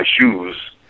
shoes